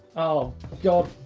oh god,